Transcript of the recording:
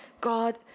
God